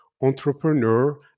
entrepreneur